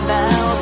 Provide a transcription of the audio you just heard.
now